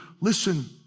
listen